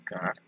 God